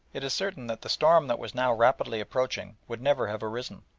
it is certain that the storm that was now rapidly approaching would never have arisen.